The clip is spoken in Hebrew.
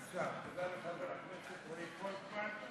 תודה לחבר הכנסת רועי פולקמן.